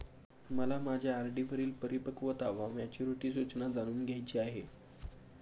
मला माझ्या आर.डी वरील परिपक्वता वा मॅच्युरिटी सूचना जाणून घ्यायची आहे